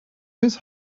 his